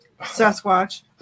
sasquatch